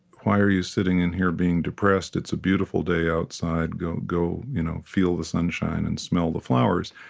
why are you sitting in here being depressed? it's a beautiful day outside. go go you know feel the sunshine and smell the flowers.